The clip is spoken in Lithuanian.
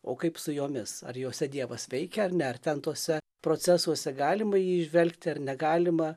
o kaip su jomis ar jose dievas veikia ar ne ar ten tuose procesuose galima jį įžvelgti ar negalima